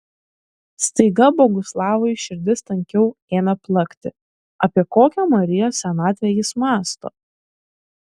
staiga boguslavui širdis tankiau ėmė plakti apie kokią marijos senatvę jis mąsto